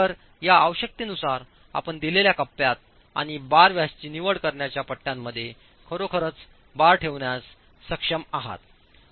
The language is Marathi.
तर या आवश्यकतेनुसार आपण दिलेल्या कप्प्यात आणि बार व्यासाची निवड करण्याच्या पट्ट्यांमध्ये खरोखरच बार ठेवण्यास सक्षम आहात